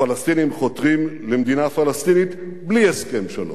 הפלסטינים חותרים למדינה פלסטינית בלי הסכם שלום.